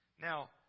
Now